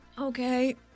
Okay